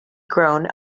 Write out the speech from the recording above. grown